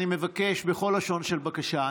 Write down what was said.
אני מבקש בכל לשון של בקשה,